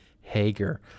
Hager